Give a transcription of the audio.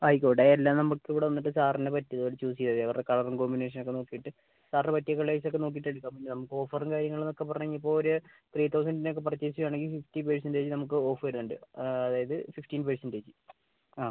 ആയിക്കോട്ടെ എല്ലാം നമുക്ക് ഇവിടെ വന്നിട്ട് സാറിന് പറ്റിയത് അത് ചൂസ് ചെയ്താൽ മതി അവര കളറും കോമ്പിനേഷനും ഒക്കെ നോക്കീട്ട് സാറിന് പറ്റിയ കളേഴ്സ് ഒക്കെ നോക്കീട്ട് എടുക്കാം പിന്നെ ഓഫറും കാര്യങ്ങളെന്ന് ഒക്കെ പറഞ്ഞ് കഴിഞ്ഞാൽ ഇപ്പം ഒരു ത്രീ തൗസൻഡിൻ്റെ ഒക്കെ പർച്ചേസ് ചെയ്യുവാണെങ്കിൽ ഫിഫ്റ്റി പെർസെൻറ്റേജ് നമുക്ക് ഓഫ് വരുന്നുണ്ട് അപ്പം ആ അതായത് ഫിഫ്റ്റിൻ പെർസെൻറ്റേജ് ആ